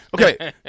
Okay